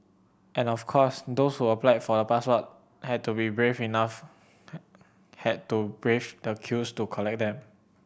and of course those who applied for the passport had to brave enough had to brave the queues to collect them